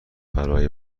برای